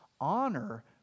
honor